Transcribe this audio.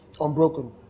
Unbroken